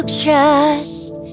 trust